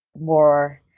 more